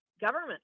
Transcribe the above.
Government